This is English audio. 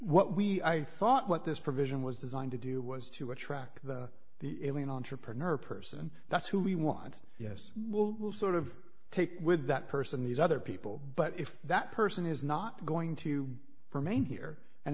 what we i thought what this provision was designed to do was to attract the alien entrepreneur person that's who we want yes well we'll sort of take with that person these other people but if that person is not going to remain here and